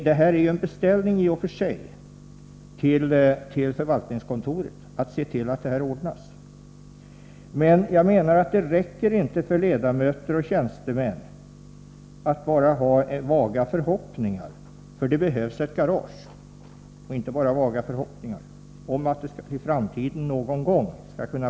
Detta är ju i och för sig en beställning till förvaltningskontoret — att se till att den här saken ordnas. Men jag menar att det inte räcker för ledamöter och tjänstemän att bara ha vaga förhoppningar om att det i framtiden någon gång skall kunna bli ett garage — för det behövs ett garage.